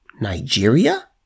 Nigeria